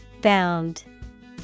bound